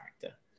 character